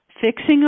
fixing